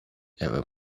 ever